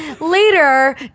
later